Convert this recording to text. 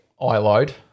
ILOad